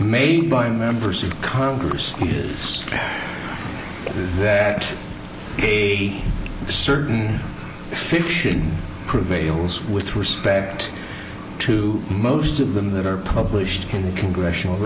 made by members of congress is that the certain fiction prevails with respect to most of them that are published in the congressional